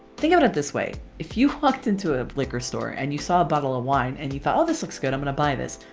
think of it it this way, if you walked into ah a liquor store and you saw a bottle of wine and you thought oh this looks good! i'm gonna buy this!